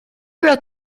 wrote